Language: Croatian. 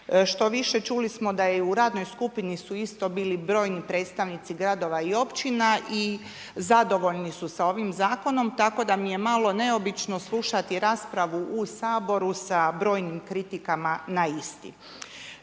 Štoviše, čuli smo da je i u radnoj skupini su isto bili brojni predstavnici gradova i općina i zadovoljni su sa ovim zakonom tako da mi je malo neobično slušati raspravu u Saboru sa brojnim kritikama na isti.